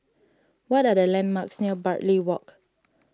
what are the landmarks near Bartley Walk